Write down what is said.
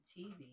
TV